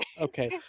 Okay